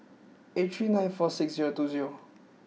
eight three nine four six zero two zero